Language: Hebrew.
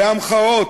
להמחאות,